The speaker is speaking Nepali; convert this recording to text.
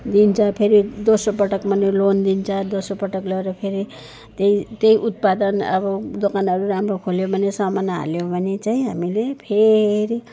फेरि दोस्रो पटकमा पनि लोन दिन्छ दोस्रो पटक लोन दिएर फेरि त्यही त्यही उत्पादन अब दोकानहरू राम्रो खोल्यो भने सामान हाल्यो भने चाहिँ हामीले फेरि